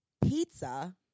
pizza